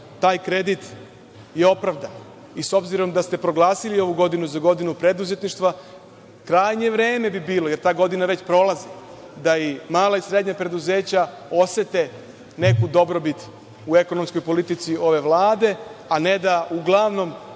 taj kredit je opravdan. S obzirom da ste proglasili ovu godinu za godinu preduzetništva, krajnje vreme bi bilo, jer ta godina već prolazi, da i mala i srednja preduzeća osete neku dobrobit u ekonomskoj politici ove Vlade, a ne da uglavnom